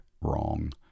wrong